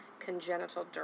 congenital